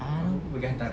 I don't know